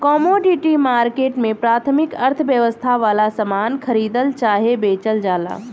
commodity market में प्राथमिक अर्थव्यवस्था वाला सामान खरीदल चाहे बेचल जाला